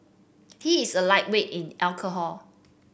he is a lightweight in alcohol